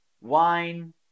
wine